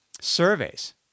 surveys